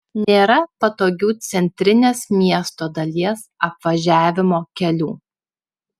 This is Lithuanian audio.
nėra patogių centrinės miesto dalies apvažiavimo kelių